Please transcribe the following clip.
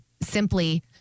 simply